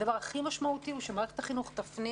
הדבר הכי משמעותי הוא שמערכת החינוך תפנים